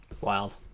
wild